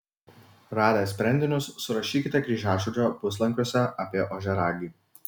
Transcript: radę sprendinius surašykite kryžiažodžio puslankiuose apie ožiaragį